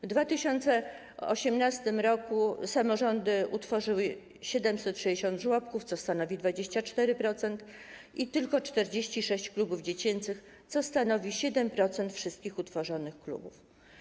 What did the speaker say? W 2018 r. samorządy utworzyły 760 żłobków, co stanowi 24%, i tylko 46 klubów dziecięcych, co stanowi 7% wszystkich utworzonych klubów.